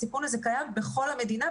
הסיכון הזה קיים בכל המדינה,